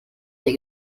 der